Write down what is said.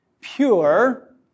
pure